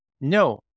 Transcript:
No